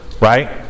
right